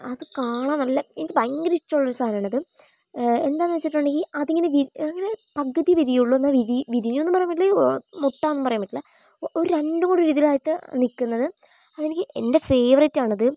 അത് കാണാൻ നല്ല എനിക്ക് ഭയങ്കര ഇഷ്ടമുള്ളൊരു സാധനാണത് എന്താന്ന് വെച്ചിട്ടുണ്ടെങ്കിൽ അതിങ്ങനെ വിരി ഇങ്ങനെ പകുതി വിരിയുള്ളു എന്നാൽ വിരി വിരിഞ്ഞുന്നു പറയാൻ പറ്റില്ല മൊട്ടാന്നും പറയാൻ പറ്റില്ല ഒരു രണ്ടുംക്കൂടി ഇതിലായിട്ടാ നിക്കുന്നത് അതെനിക്ക് എൻ്റെ ഫേറേറ്റാണത്